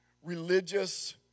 religious